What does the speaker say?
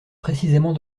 précisément